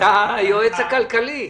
אתה היועץ הכלכלי.